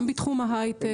גם בתחום ההייטק,